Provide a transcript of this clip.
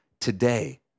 today